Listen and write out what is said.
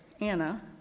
Anna